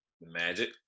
Magic